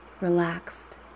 relaxed